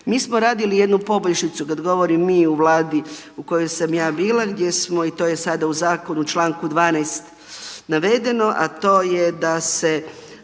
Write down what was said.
Mi smo radili jednu poboljšicu, kad govorim mi u Vladi u kojoj sam ja bila i to je sada u zakonu članku 12. navedeno, a to je da se